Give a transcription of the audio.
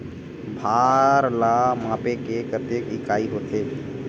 भार ला मापे के कतेक इकाई होथे?